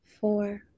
four